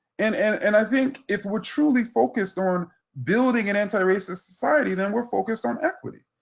and and and i think if we're truly focused on building an anti-racist society, then we're focused on equity.